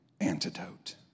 Antidote